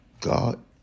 God